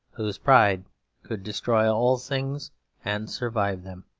whose pride could destroy all things and survive them.